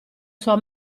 sua